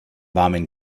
warmen